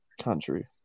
country